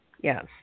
Yes